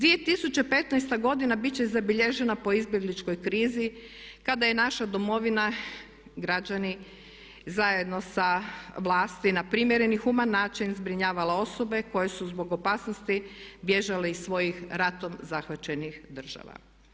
2015.godina bit će zabilježena po izbjegličkoj krizi, kada je naša Domovina, građani zajedno sa vlasti na primjeren i human način zbrinjavala osobe koje su zbog opasnosti bježale iz svojih ratom zahvaćenih država.